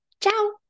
Ciao